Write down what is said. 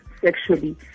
sexually